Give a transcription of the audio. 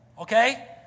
Okay